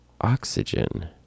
oxygen